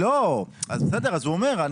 ננסה למצוא מנגנון.